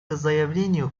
заявлению